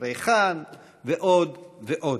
ריחן ועוד ועוד.